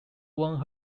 won